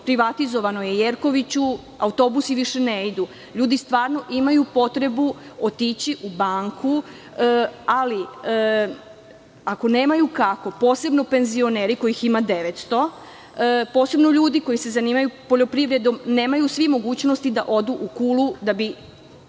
privatizovano je Jerkoviću, autobusi više ne idu, ljudi stvarno imaju potrebu otići u banku, ali, ako nemaju kako, posebno penzioneri kojih ima 900, posebno ljudi koji se zanimaju poljoprivredom nemaju svi mogućnosti da odu u Kulu da bi